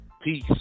Peace